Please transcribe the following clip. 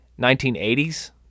1980s